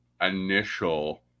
initial